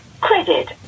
credit